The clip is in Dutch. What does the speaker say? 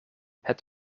het